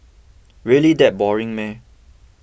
really that boring